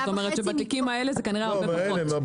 זאת אומרת, שבתיקים האלה זה הרבה פחות.